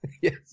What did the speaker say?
Yes